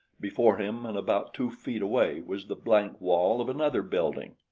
before him and about two feet away was the blank wall of another building.